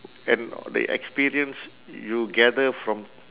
and the experience you gather from